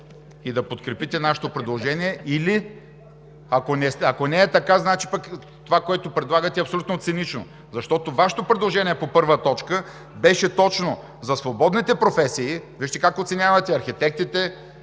и да подкрепите нашето предложение, или, ако не е така, значи това, което предлагате, е абсолютно цинично, защото Вашето предложение по първа точка беше точно за свободните професии, вижте как оценявате архитектите,